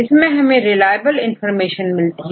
इसमें हमें reliable information मिलती है